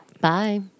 Bye